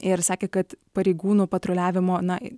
ir sakė kad pareigūnų patruliavimo na